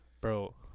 bro